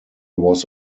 was